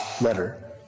letter